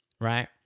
right